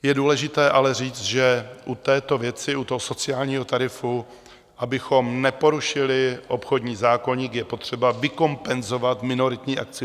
Je důležité ale říct, že u této věci, u sociálního tarifu, abychom neporušili obchodní zákoník, je potřeba vykompenzovat minoritní akcionáře.